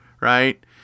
right